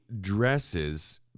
dresses